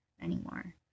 anymore